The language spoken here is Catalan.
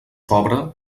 pobre